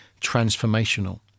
transformational